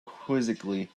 quizzically